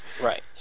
Right